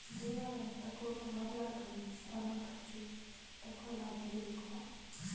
జీవాలని తక్కువగా మాట్లాడకమ్మీ శ్రమ ఖర్సు తక్కువ లాభాలు ఎక్కువ